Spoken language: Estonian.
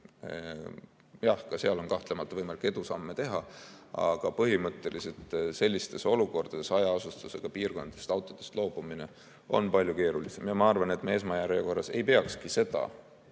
Jah, ka seal on kahtlemata võimalik edusamme teha, aga põhimõtteliselt sellistes olukordades on hajaasustusega piirkondades autodest loobumine palju keerulisem ja ma arvan, et me esmajärjekorras ei peakski seda